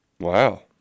Wow